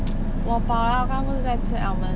我饱啊我刚刚不是在吃 almond